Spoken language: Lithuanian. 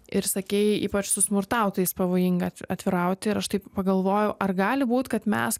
ir sakei ypač su smurtautojais pavojinga atvirauti ir aš taip pagalvojau ar gali būt kad mes